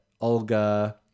Olga